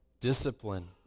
discipline